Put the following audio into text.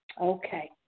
Okay